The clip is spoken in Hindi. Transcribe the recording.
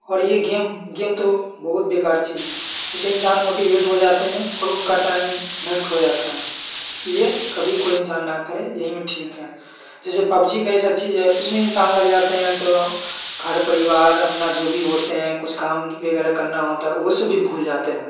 और ये गेम गेम तो बहुत बेकार चीज है इसे इंसान मोटिवेट हो जाते हैं और उनका टाइम नष्ट हो जाता है ये कभी कोई इंसान ना करें यही में ठीक है जैसे पबजी एक ऐसा चीज है उसमें इंसान लग जाते हैं तो घर परिवार अपना जो भी होते हैं कुछ काम वगैरह करना होता है उसे भी भूल जाते हैं